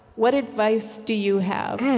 what advice do you have?